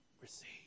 Receive